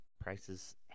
prices